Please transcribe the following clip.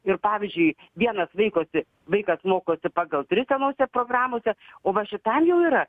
ir pavyzdžiui vieną vaikosi vaikas mokosi pagal tris senose programose o va šitam jau yra